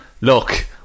Look